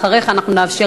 אחריך אנחנו נאפשר,